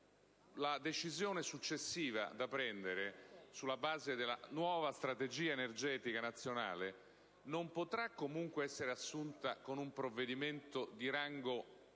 decisione da prendere, sulla base della nuova Strategia energetica nazionale, non potrà comunque essere assunta con un provvedimento di rango